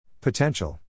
Potential